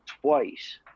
twice